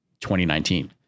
2019